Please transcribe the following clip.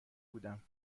بودم